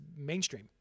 mainstream